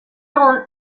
egun